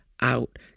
out